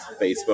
Facebook